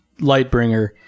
Lightbringer